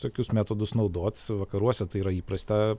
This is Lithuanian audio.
tokius metodus naudot vakaruose tai yra įprasta